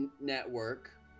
Network